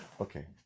Okay